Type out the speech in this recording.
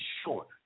short